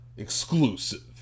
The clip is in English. Exclusive